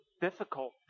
difficult